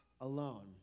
alone